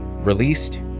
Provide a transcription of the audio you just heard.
released